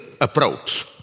approach